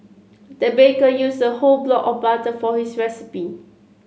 the baker used a whole block of butter for this recipe